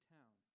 Town